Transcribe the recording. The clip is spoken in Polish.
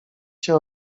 cię